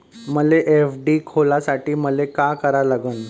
मले एफ.डी खोलासाठी मले का करा लागन?